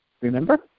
Remember